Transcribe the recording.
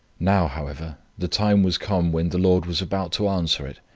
now, however, the time was come when the lord was about to answer it,